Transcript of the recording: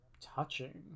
touching